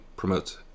promotes